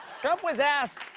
trump was asked